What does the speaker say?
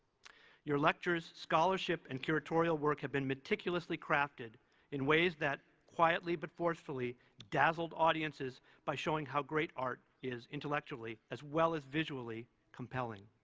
your lectures, scholarship, and curatorial work have been meticulously crafted in ways that, quietly but forcefully, dazzled audiences by showing how great art is intellectually, as well as visually, compelling.